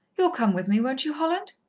you'll come with me, won't you, holland?